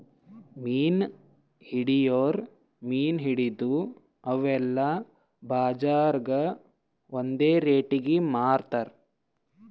ಮೀನ್ ಹಿಡಿಯೋರ್ ಮೀನ್ ಹಿಡದು ಅವೆಲ್ಲ ಬಜಾರ್ದಾಗ್ ಒಂದ್ ರೇಟಿಗಿ ಮಾರ್ತಾರ್